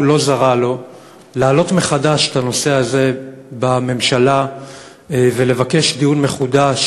לא זרה לו להעלות מחדש את הנושא הזה בממשלה ולבקש דיון מחודש.